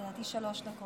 בבקשה, לרשותך שלוש דקות.